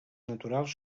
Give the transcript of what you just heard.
naturals